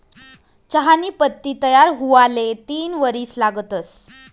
चहानी पत्ती तयार हुवाले तीन वरीस लागतंस